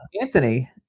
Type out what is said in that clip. Anthony